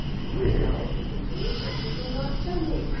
you know! he continued, but you will not tell me.